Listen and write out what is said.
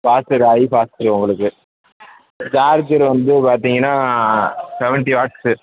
fast இது high fast இது உங்களுக்கு சார்ஜரு வந்து பார்த்தீங்கன்னா செவண்ட்டி வாட்ஸு